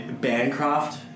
Bancroft